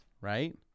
right